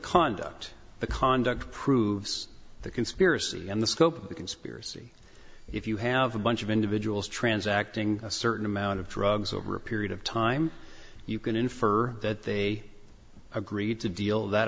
conduct the conduct proves the conspiracy and the scope of the conspiracy if you have a bunch of individuals transacting a certain amount of drugs over a period of time you can infer that they agreed to deal that